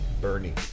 Bernie